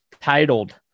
titled